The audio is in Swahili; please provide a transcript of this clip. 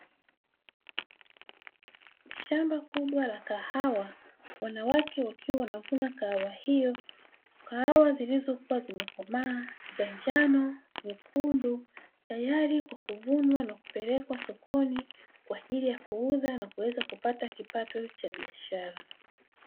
Shamba kubwa la kahawa wanawake wakiwa wanavuna kahawa hiyo, kahawa zilizo kuwa zimekomaa za njano, nyekundu tayari kwa kuvunwa na kupelekwa sokoni kwa ajili ya kuuza na kuweza kupata kipato cha biashara.